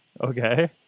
Okay